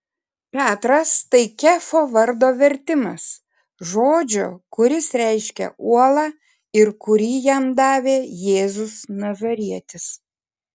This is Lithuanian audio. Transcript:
petras tai kefo vardo vertimas žodžio kuris reiškia uolą ir kurį jam davė jėzus nazarietis